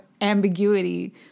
ambiguity